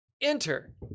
Enter